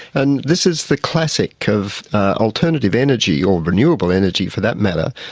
and this is the classic of alternative energy, or renewable energy for that matter,